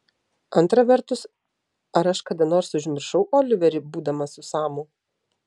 antra vertus ar aš kada nors užmiršau oliverį būdama su samu